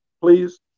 please